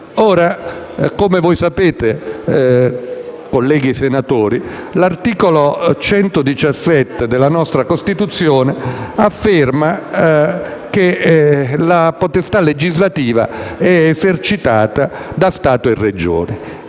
Come voi sapete, colleghi senatori, l'articolo 117 della nostra Costituzione afferma che la potestà legislativa è esercitata dallo Stato e dalle